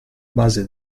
base